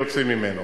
ויוצאים ממנו.